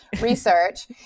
research